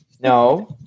No